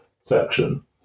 section